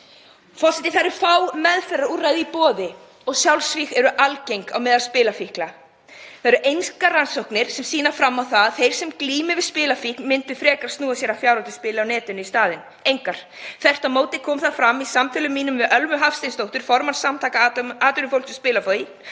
Forseti. Það eru fá meðferðarúrræði í boði og sjálfsvíg eru algeng meðal spilafíkla. Það eru engar rannsóknir sem sýna fram á það að þeir sem glíma við spilafíkn myndu frekar snúa sér að fjárhættuspili á netinu í staðinn. Engar. Þvert á móti kom það fram í samtölum mínum við Ölmu Hafsteinsdóttur, formann Samtaka áhugafólks um spilafíkn,